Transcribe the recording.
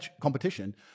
competition